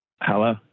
Hello